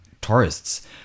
tourists